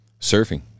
surfing